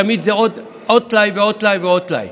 תמיד זה עוד טלאי ועוד טלאי.